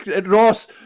Ross